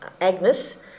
Agnes